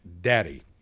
Daddy